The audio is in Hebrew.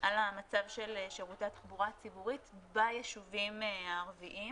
על המצב של שירותי התחבורה הציבורית ביישובים הערביים.